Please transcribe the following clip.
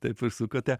taip užsukote